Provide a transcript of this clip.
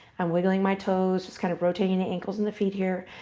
i'm wiggling my toes, just kind of rotating the ankles and the feet here.